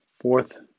fourth